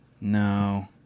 No